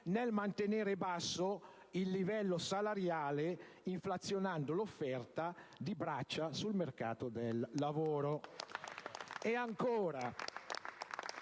a mantenere basso il livello salariale, inflazionando l'offerta di braccia sul mercato del lavoro.